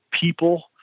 people